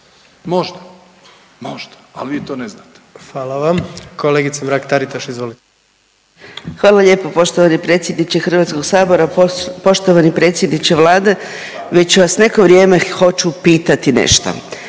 možda, al vi to ne znate.